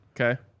Okay